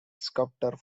sculptor